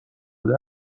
داده